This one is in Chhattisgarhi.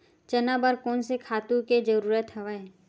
चना बर कोन से खातु के जरूरत हवय?